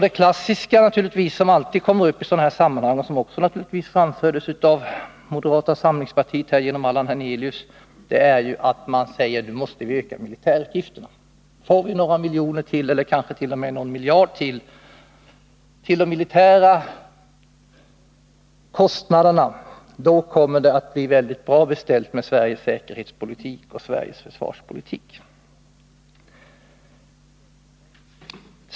Det klassiska resonemanget, som alltid kommer till uttryck i sådana här sammanhang — och som naturligtvis också framfördes här av moderata samlingspartiet genom Allan Hernelius — är ju att nu måste vi öka militärutgifterna. Får vi ytterligare några miljoner — eller kanske t.o.m. någon miljard — för de militära kostnaderna, då kommer det att bli väldigt bra beställt med Sveriges säkerhetspolitik och försvarspolitik.